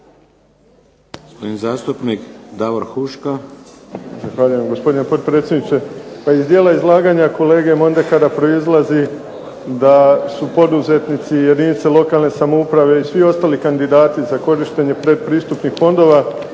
Zahvaljujem gospodine potpredsjedniče. Pa iz dijela izlaganja kolege Mondekara proizlazi da su poduzetnici i jedinice lokalne samouprave i svi ostali kandidati za korištenje predpristupnih fondova